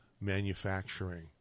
manufacturing